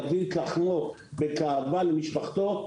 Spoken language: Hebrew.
יביא את לחמו בגאווה למשפחתו,